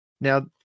Now